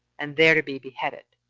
and there to be beheaded.